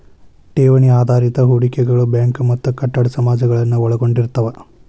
ಠೇವಣಿ ಆಧಾರಿತ ಹೂಡಿಕೆಗಳು ಬ್ಯಾಂಕ್ ಮತ್ತ ಕಟ್ಟಡ ಸಮಾಜಗಳನ್ನ ಒಳಗೊಂಡಿರ್ತವ